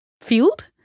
field